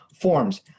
Forms